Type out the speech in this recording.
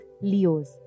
Leos